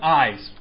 eyes